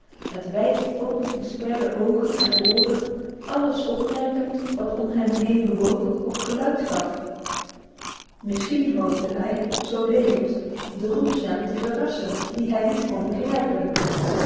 met wijd opengesperde ogen en oren alles opmerkend wat om hem heen bewoog of geluid gaf isschien hoopte hij zo liggend de roepstem te verrassen die hij niet kon begrijpen